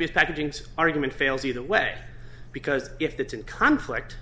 is packaging some argument fails either way because if that's in conflict